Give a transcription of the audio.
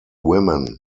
women